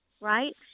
Right